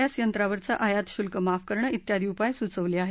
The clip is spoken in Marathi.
एस यंत्रांवरचं आयातशुल्क माफ करणं इत्यादी उपाय सुचवले आहेत